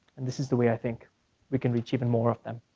and this is the way i think we can reach even more of them.